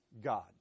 God